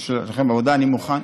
יש לכם עבודה, אני מוכן,